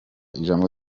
ijambo